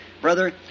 brother